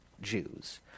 Jews